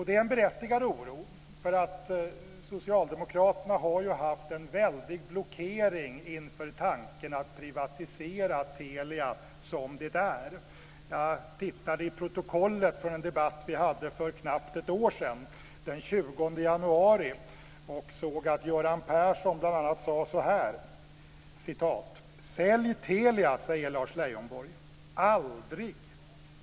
Det är en berättigad oro, eftersom socialdemokraterna har haft en väldig blockering inför tanken att privatisera Telia som det är. Jag tittade i protokollet från en debatt som vi hade för knappt ett år sedan, den 20 januari, och såg att Göran Persson då bl.a. sade så här: "Sälj Telia, säger Lars Leijonborg. Aldrig.